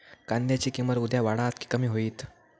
कांद्याची किंमत उद्या वाढात की कमी होईत?